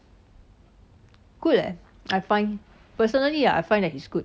贵 leh I find personally I find that he's good